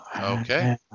Okay